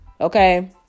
Okay